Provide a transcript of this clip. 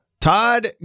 Todd